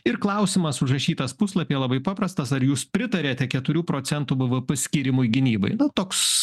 ir klausimas užrašytas puslapyje labai paprastas ar jūs pritariate keturių procentų bvp paskyrimui gynybai na toks